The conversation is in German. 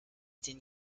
den